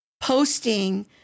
posting